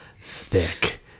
thick